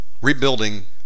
rebuilding